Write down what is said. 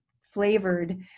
flavored